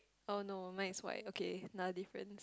oh no mine is white okay another different